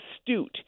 astute